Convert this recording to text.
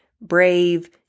brave